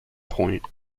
point